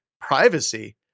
privacy